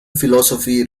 philosophy